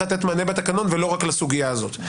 לתת מענה בתקנון ולא רק לסוגיה הזאת.